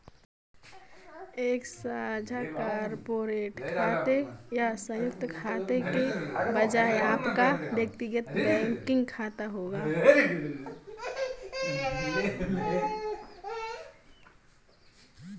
एक साझा कॉर्पोरेट खाते या संयुक्त खाते के बजाय आपका व्यक्तिगत बैंकिंग खाता होगा